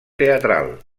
teatral